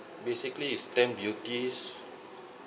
basically is stamp duties